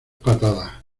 patada